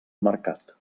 mercat